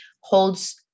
holds